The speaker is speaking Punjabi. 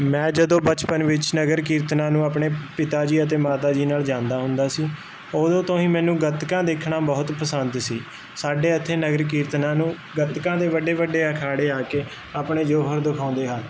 ਮੈਂ ਜਦੋਂ ਬਚਪਨ ਵਿੱਚ ਨਗਰ ਕੀਰਤਨਾਂ ਨੂੰ ਆਪਣੇ ਪਿਤਾ ਜੀ ਅਤੇ ਮਾਤਾ ਜੀ ਨਾਲ ਜਾਂਦਾ ਹੁੰਦਾ ਸੀ ਉਦੋਂ ਤੋਂ ਹੀ ਮੈਨੂੰ ਗਤਕਾ ਦੇਖਣਾ ਬਹੁਤ ਪਸੰਦ ਸੀ ਸਾਡੇ ਇੱਥੇ ਨਗਰ ਕੀਰਤਨਾਂ ਨੂੰ ਗਤਕਾਂ ਦੇ ਵੱਡੇ ਵੱਡੇ ਅਖਾੜੇ ਆ ਕੇ ਆਪਣੇ ਜੋਹਰ ਦਿਖਾਉਂਦੇ ਹਨ